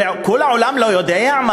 כל העולם לא יודע,